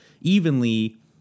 evenly